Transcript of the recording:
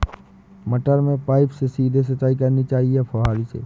मटर में पाइप से सीधे सिंचाई करनी चाहिए या फुहरी से?